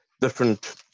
different